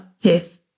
Yes